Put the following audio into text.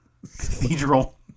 Cathedral